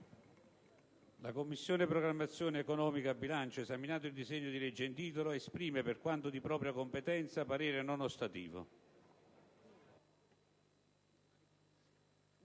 «La Commissione programmazione economica, bilancio, esaminato il disegno di legge in titolo, esprime, per quanto di propria competenza, parere non ostativo».